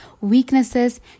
weaknesses